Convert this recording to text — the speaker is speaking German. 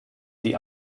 die